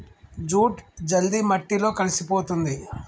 jute జల్ది మట్టిలో కలిసిపోతుంది